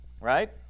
right